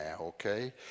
okay